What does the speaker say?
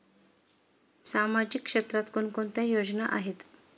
सामाजिक क्षेत्रात कोणकोणत्या योजना आहेत?